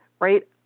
right